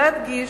יש להדגיש,